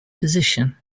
position